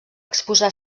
exposar